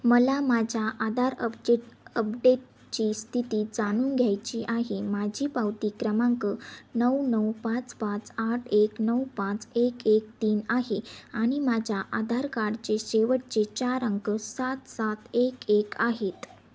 मला माझ्या आधार अपजेट अपडेटची स्थिती जाणून घ्यायची आहे माझी पावती क्रमांक नऊ नऊ पाच पाच आठ एक नऊ पाच एक एक तीन आहे आणि माझ्या आधार कार्डचे शेवटचे चार अंक सात सात एक एक आहेत